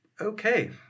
okay